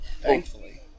thankfully